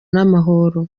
n’amahoro